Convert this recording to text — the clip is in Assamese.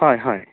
হয় হয়